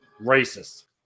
Racist